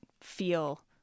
feel